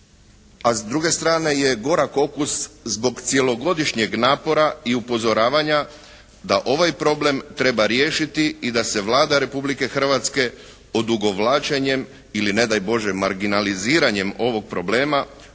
a s druge strane je gorak okus zbog cjelogodišnjeg napora i upozoravanja da ovaj problem treba riješiti i da se Vlada Republike Hrvatske odugovlačenjem ili ne daj Bože marginaliziranjem ovog problema dovodi